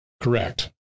Correct